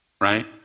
right